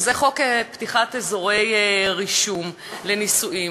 חוק פתיחת אזורי רישום לנישואים,